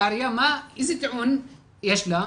איזה טיעון יש לעירייה?